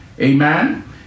Amen